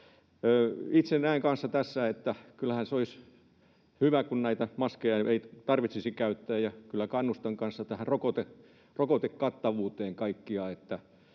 Itse näen kanssa, että kyllähän se olisi hyvä, kun näitä maskeja ei tarvitsisi käyttää, ja kyllä kannustan kanssa kaikkia tähän rokotekattavuuteen ilman